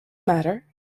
matter